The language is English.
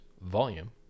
volume